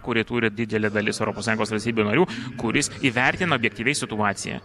kurį turi didelė dalis europos sąjungos valstybių narių kuris įvertina objektyviai situaciją